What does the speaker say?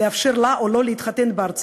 לאפשר לה או לו להתחתן בארצם